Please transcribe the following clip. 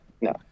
no